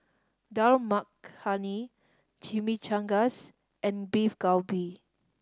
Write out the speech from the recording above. Dal Makhani Chimichangas and Beef Galbi